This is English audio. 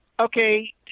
okay